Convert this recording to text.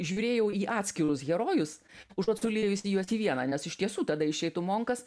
žiūrėjau į atskirus herojus užuot suliejusi juos į vieną nes iš tiesų tada išeitų monkas